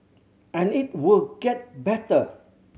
and it will get better